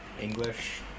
English